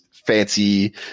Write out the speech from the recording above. fancy